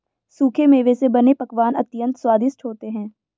सूखे मेवे से बने पकवान अत्यंत स्वादिष्ट होते हैं